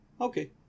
Okay